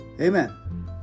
Amen